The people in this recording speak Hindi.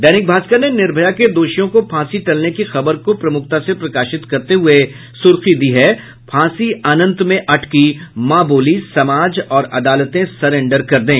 दैनिक भास्कर ने निर्भया के दोषियों को फांसी टलने की खबर को प्रमुखता से प्रकाशित करते हुये सुर्खी दी है फांसी अनंत में अटकी मां बोली समाज और अदालतें सरेंडर कर दें